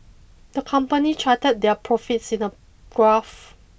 the company charted their profits in a graph